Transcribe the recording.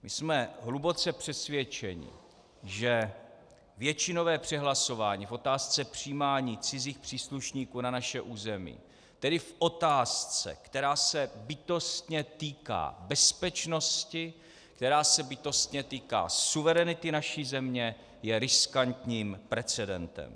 My jsme hluboce přesvědčeni, že většinové přehlasování v otázce přijímání cizích příslušníků na naše území, tedy v otázce, která se bytostně týká bezpečnosti, která se bytostně týká suverenity naší země, je riskantním precedentem.